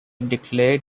declared